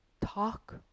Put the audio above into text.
talk